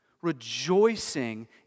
rejoicing